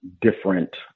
different